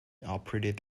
operated